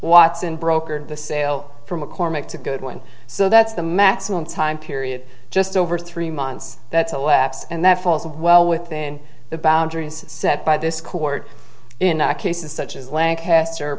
watson brokered the sale for mccormick to goodwin so that's the maximum time period just over three months that's a lapse and that falls well within the boundaries set by this court in cases such as lancaster